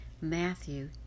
Matthew